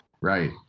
right